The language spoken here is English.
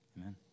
Amen